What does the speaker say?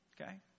Okay